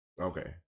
Okay